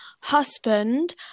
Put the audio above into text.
husband